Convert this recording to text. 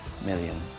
million